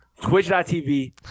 twitch.tv